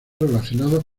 relacionados